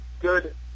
good